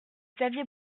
xavier